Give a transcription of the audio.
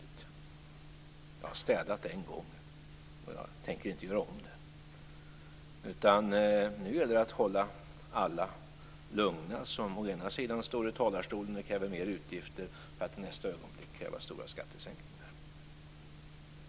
Jag har städat en gång, och jag tänker inte göra om det. Nu gäller det att hålla alla lugna som å ena sidan står i talarstolen och kräver mer utgifter för att i nästa ögonblick kräva stora skattesänkningar.